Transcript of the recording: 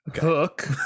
Hook